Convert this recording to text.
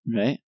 Right